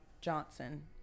Johnson